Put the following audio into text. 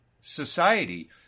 society